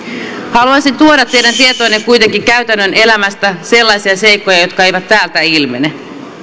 haluaisin tuoda teidän tietoonne kuitenkin käytännön elämästä sellaisia seikkoja jotka eivät täältä ilmene